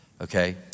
okay